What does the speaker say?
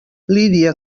lídia